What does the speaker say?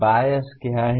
बायस क्या है